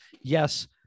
yes